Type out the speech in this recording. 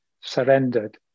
surrendered